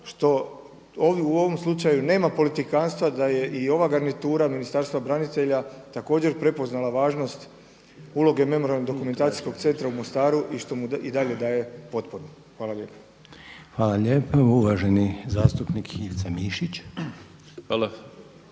što u ovom slučaju nema politikanstva da je i ova garnitura Ministarstva branitelja također prepoznala važnost uloge Memorijalno-dokumentacijskog centra u Mostaru i što mu i dalje daje potporu. Hvala lijepo. **Reiner, Željko (HDZ)** Hvala lijepo. Uvaženi zastupnik Ivica Mišić.